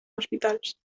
hospitals